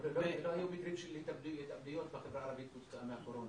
אבל לא היו מקרים של התאבדויות בחברה הערבית כתוצאה מהקורונה.